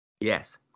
Yes